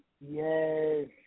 Yes